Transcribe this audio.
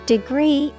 Degree